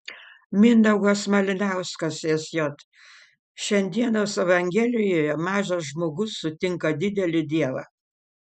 mindaugas malinauskas sj šiandienos evangelijoje mažas žmogus sutinka didelį dievą